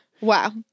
Wow